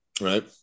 right